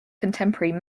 contemporary